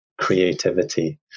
creativity